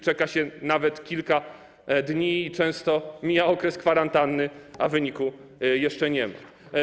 Czeka się nawet kilka dni, często mija okres kwarantanny, a wyniku jeszcze nie ma.